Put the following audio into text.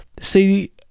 See